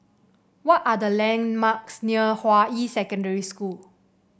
what are the landmarks near Hua Yi Secondary School